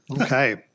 Okay